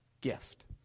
gift